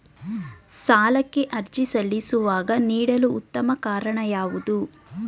ಸಾಲಕ್ಕೆ ಅರ್ಜಿ ಸಲ್ಲಿಸುವಾಗ ನೀಡಲು ಉತ್ತಮ ಕಾರಣ ಯಾವುದು?